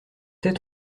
tais